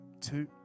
Two